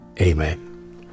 Amen